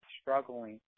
struggling